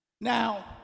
Now